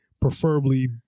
preferably